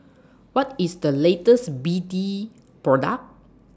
What IS The latest B D Product